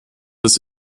das